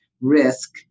risk